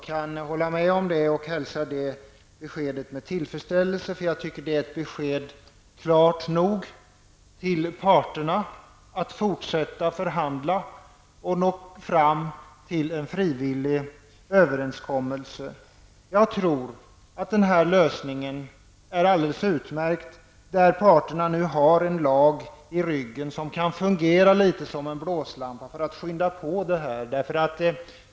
Jag håller med om det och hälsar det beskedet med tillfredsställelse, för jag tycker att det är ett besked klart nog till parterna att fortsätta förhandla för att nå fram till en frivillig överenskommelse. Jag tror att den lösningen är alldeles utmärkt och innebär att parterna har en lag i ryggen som litet kan fungera som blåslampa för att skynda på.